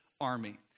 army